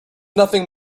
nothing